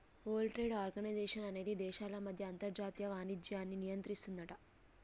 world Trade Organization అనేది దేశాల మధ్య అంతర్జాతీయ వాణిజ్యాన్ని నియంత్రిస్తుందట